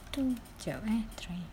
tu jap eh try